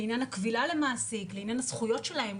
לעניין הקבילה, לעניין הזכויות שלהם.